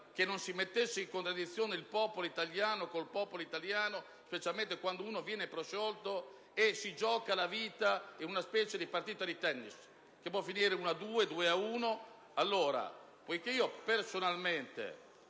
che non si mettesse in contraddizione il popolo italiano con se stesso, specialmente quando una persona viene prosciolta e si gioca la vita in una specie di partita di tennis, che può finire 1 a 2